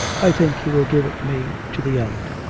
i think he will give it me to the end.